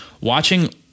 watching